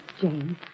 Jane